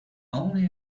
only